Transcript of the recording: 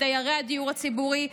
בדיירי הדיור הציבורי,